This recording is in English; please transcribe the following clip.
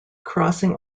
crossing